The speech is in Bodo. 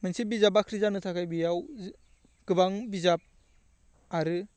मोनसे बिजाब बाख्रि जानो थाखाय बेयाव गोबां बिजाब आरो